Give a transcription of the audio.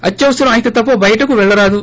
అత్యవసరం అయితే తప్ప బయటకు వెళ్చరాదు